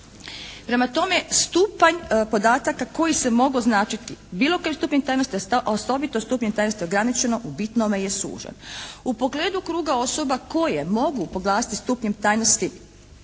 Prema tome stupanj podataka koji se mogu označiti bilo kojim stupnjem tajnosti, osobito stupnjem tajnosti «ograničeno» u bitnome je sužen. U pogledu kruga osoba koje mogu proglasiti stupnjem tajnosti